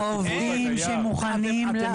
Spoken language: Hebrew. אין עובדים שמוכנים לעבוד.